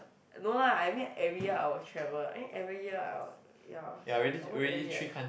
no lah I mean every year I will travel eh every year I will ya almost every year I travel